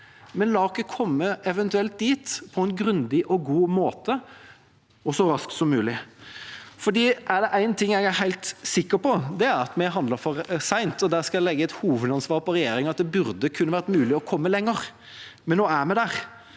men la oss eventuelt komme dit på en grundig og god måte, og så raskt som mulig. Er det én ting jeg er helt sikker på, er det at vi har handlet for seint, og der skal jeg legge et hovedansvar på regjeringa. Det burde kunne vært mulig å komme lenger, men nå er vi der,